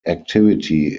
activity